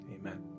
amen